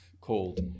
called